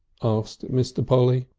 asked mr. polly.